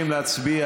נתקבלה.